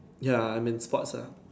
ya I'm in sports ah